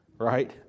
Right